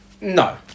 no